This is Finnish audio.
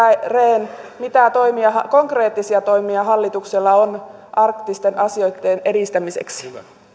rehn mitä konkreettisia toimia hallituksella on arktisten asioitten edistämiseksi